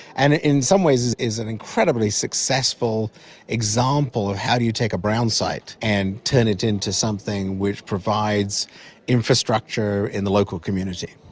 and it in some ways is is an incredibly successful example of how you take a brown site and turn it into something which provides infrastructure in the local community.